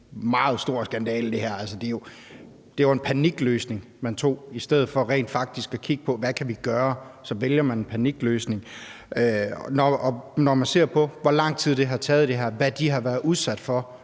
det en meget stor skandale. Det var en panikløsning, man gjorde brug af. I stedet for rent faktisk at kigge på, hvad man kunne gøre, vælger man en panikløsning. Når man ser på, hvor lang tid det her har taget, og hvad de stakkels